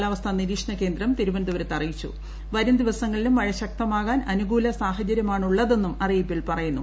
കാലാവസ്ഥാ നിരീക്ഷണകേന്ദ്രം തിരു്വന്ന്തപുരത്ത് വരും ദിവസങ്ങളിലും മഴ്ചൂർ അനുകൂല സാഹചര്യമാണുള്ളതെന്നും അറിയിപ്പിൽ പറയുന്നു